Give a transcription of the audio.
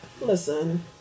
Listen